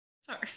Sorry